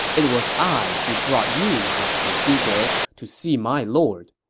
it was i who brought you, master zhuge, to see my lord.